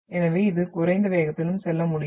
எனவே இது குறைந்த வேகத்திலும் செல்ல முடியும்